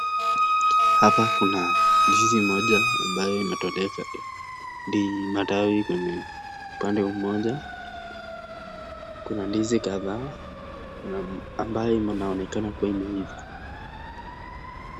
Hapa kuna ndizi moja ambayo imetoleka matawi kwenye upande mmoja, kuna ndizi kadhaa ambayo inaonekana kuwa imeiva.